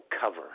cover